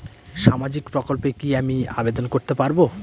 সামাজিক প্রকল্পে কি আমি আবেদন করতে পারবো?